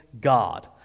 God